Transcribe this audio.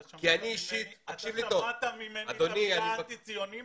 אתה שמעת ממני את המילה אנטי-ציוניים?